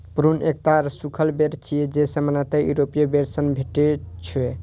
prune एकटा सूखल बेर छियै, जे सामान्यतः यूरोपीय बेर सं भेटै छै